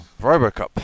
Robocop